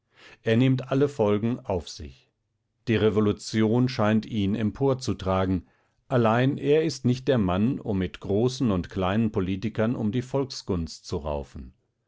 er nimmt alle folgen auf sich die revolution scheint ihn emporzutragen allein er ist nicht der mann um mit großen und kleinen politikern um die volksgunst zu raufen